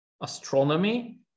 astronomy